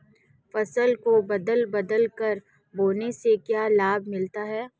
फसल को बदल बदल कर बोने से क्या लाभ मिलता है?